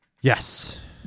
Yes